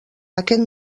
aquest